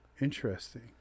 interesting